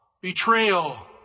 betrayal